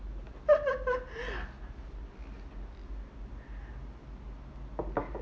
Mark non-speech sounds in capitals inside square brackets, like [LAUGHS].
[LAUGHS] [BREATH]